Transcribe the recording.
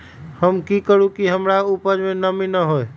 हम की करू की हमर उपज में नमी न होए?